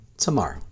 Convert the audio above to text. tomorrow